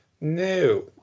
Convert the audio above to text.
No